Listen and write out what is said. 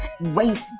waste